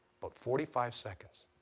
but forty five seconds.